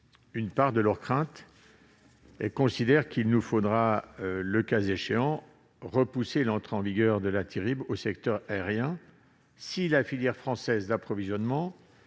une part de leurs craintes. Je considère qu'il nous faudra, le cas échéant, repousser l'entrée en vigueur de la Tirib au secteur aérien si la filière française de l'approvisionnement